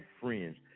friends